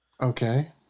okay